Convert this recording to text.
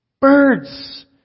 Birds